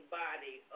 body